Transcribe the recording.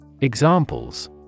Examples